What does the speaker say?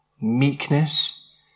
meekness